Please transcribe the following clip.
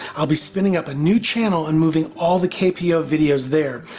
ah be spinning up a new channel and moving all the kpo videos there,